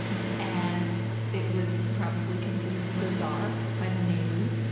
and it was probably considered bizarre by the neighbors,